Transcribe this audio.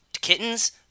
Kittens